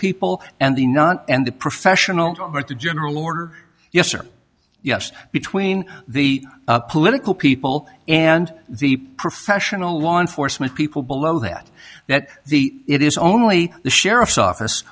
people and the not and the professional part the general order yes or yes between the political people and the professional law enforcement people below that that the it is only the sheriff's office